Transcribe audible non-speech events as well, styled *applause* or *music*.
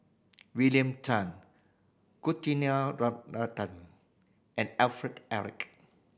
William Tan *unintelligible* and Alfred Eric